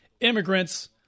immigrants